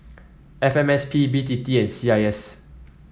F M S P B T T and C I S